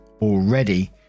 already